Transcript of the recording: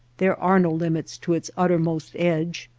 there are no limits to its uttermost edge,